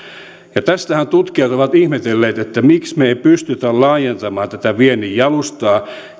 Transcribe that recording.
suomesta tästähän tutkijat ovat ihmetelleet että miksi me emme pysty laajentamaan tätä viennin jalustaa